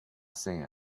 sand